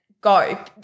go –